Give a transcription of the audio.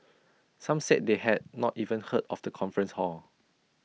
some said they had not even heard of the conference hall